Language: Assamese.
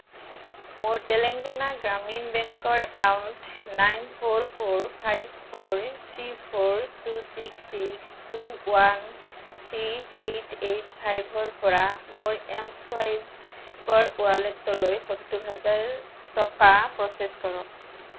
মোৰ তেলেঙ্গানা গ্ৰামীণ বেংকৰ account nine four four five four three four two six six two one three eight eight ফাইভৰ পৰা মোৰ এম ছুৱাইপৰ ৱালেটলৈ সত্তৰ হাজাৰ টকা প্ৰচেছ কৰক